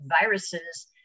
viruses